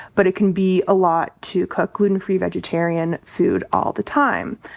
but it can be a lot to cook gluten-free vegetarian food all the time.